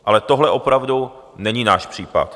Ale tohle opravdu není náš případ.